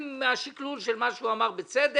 עם השקלול של מה שהוא אמר בצדק.